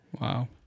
Wow